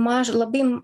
mažą labai